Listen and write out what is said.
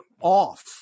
off